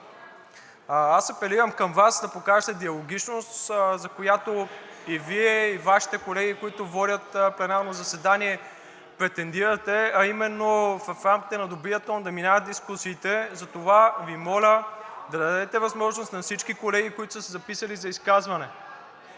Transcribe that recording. Аз апелирам към Вас да покажете диалогичност, за която и Вие, и Вашите колеги, които водят пленарното заседание, претендирате, а именно в рамките на добрия тон да минават дискусиите, затова Ви моля да дадете възможност на всички колеги, които са се записали за изказване.